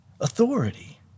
authority